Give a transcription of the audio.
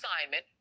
assignment